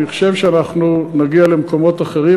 אני חושב שאנחנו נגיע למקומות אחרים,